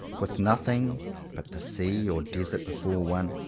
with nothing but the sea or desert before one,